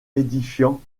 édifiant